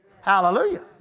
Hallelujah